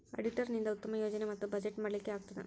auditor ನಿಂದಾ ಉತ್ತಮ ಯೋಜನೆ ಮತ್ತ ಬಜೆಟ್ ಮಾಡ್ಲಿಕ್ಕೆ ಆಗ್ತದ